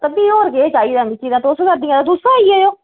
ते भी होर केह् चाहिदा मिकी तां तुस करदियां ते तुस गै आई जाएओ